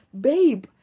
babe